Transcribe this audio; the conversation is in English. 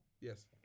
Yes